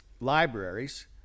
libraries